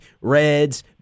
Reds